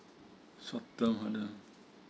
short term ada